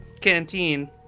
canteen